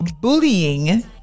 bullying